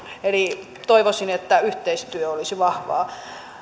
eli toivoisin että yhteistyö olisi vahvaa